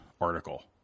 article